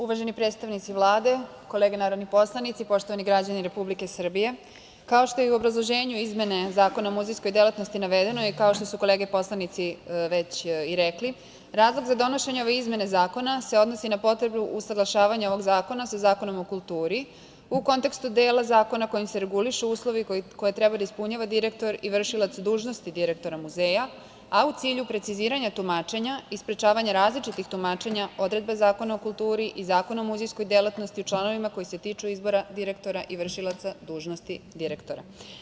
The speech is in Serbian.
Uvaženi predstavnici Vlade, kolege narodni poslanici, poštovani građani Republike Srbije, kao što je i u obrazloženju izmene Zakona o muzejskoj delatnosti navedeno i kao što su kolege poslanici već i rekli, razlog za donošenje ove izmene zakona se odnosi na potrebu usaglašavanja ovog zakona sa Zakonom o kulturi u kontekstu dela zakona kojim se regulišu uslovi koje treba da ispunjava direktor i vršilac dužnosti direktora Muzeja, a u cilju preciziranja tumačenja i sprečavanja različitih tumačenja odredaba Zakona o kulturi i Zakona o muzejskoj delatnosti, u članovima koji se tiču izbora direktora i vršilaca dužnosti direktora.